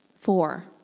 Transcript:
Four